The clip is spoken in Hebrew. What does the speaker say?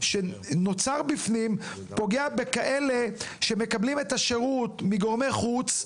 שנוצר בפנים פוגע בכאלה שמקבלים את השירות מגורמי חוץ,